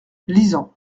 lisant